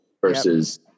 versus